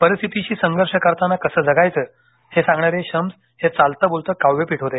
परिस्थितीशी संघर्ष करताना कसं जगायच हे सांगणारे शम्स हे चालते बोलते काव्यपीठ होते